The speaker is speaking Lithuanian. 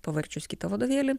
pavarčius kitą vadovėlį